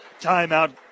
Timeout